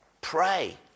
Pray